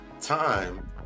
time